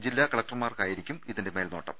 ജില്ലാ കലക്ടർമാർക്കായി രിക്കും ഇതിന്റെ മേൽനോട്ടം